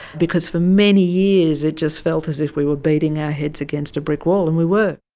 because for many years it just felt as if we were beating our heads against a brick wall, and we were.